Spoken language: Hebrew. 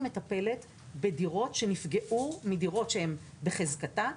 מטפלת בדירות שנפגעו מדירות שהן בחזקתה,